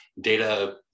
data